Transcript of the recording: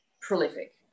prolific